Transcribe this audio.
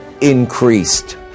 increased